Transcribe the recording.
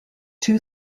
too